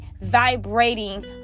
vibrating